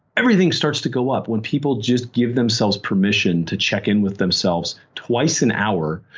everything starts to grow up when people just give themselves permission to check in with themselves twice an hour,